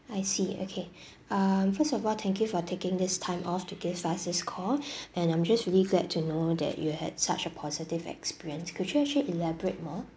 I see okay um first of all thank you for taking this time off to give us this call and I'm just really glad to know that you had such a positive experience could you actually elaborate more